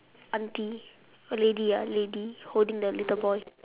aunty lady ah lady holding the little boy